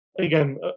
again